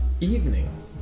evening